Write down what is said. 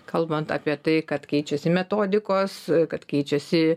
kalbant apie tai kad keičiasi metodikos kad keičiasi